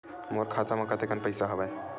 मोर खाता म कतेकन पईसा हवय?